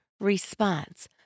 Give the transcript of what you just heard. response